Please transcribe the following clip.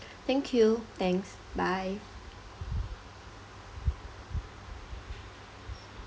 thank you thanks bye